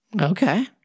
Okay